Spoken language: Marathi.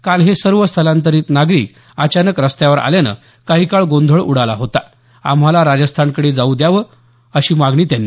काल हे सर्व स्थलांतरित नागरिक अचानक रस्त्यावर आल्यानं काही काळ गोंधळ उडाला होता आम्हाला राजस्थानकडे जाऊ द्यावं अशी त्यांची मागणी होती